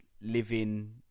living